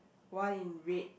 one in red